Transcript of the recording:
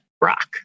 rock